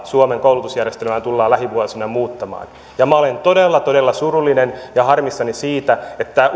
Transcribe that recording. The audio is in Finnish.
varassa suomen koulutusjärjestelmää tullaan lähivuosina muuttamaan ja minä olen todella todella surullinen ja harmissani siitä että